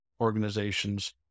organizations